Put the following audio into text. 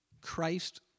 Christ